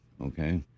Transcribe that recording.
Okay